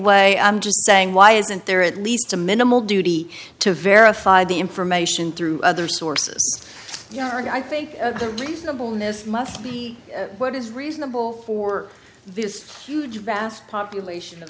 way i'm just saying why isn't there at least a minimal duty to verify the information through other sources yeah and i think the reasonable miss must be what is reasonable for this huge vast population of